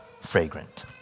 fragrant